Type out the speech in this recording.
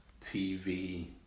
TV